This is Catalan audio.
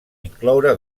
incloure